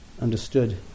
understood